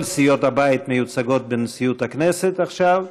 וכל סיעות הבית מיוצגות בנשיאות הכנסת עכשיו,